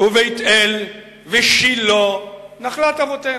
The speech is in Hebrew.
בית-אל ושילה, נחלת אבותינו?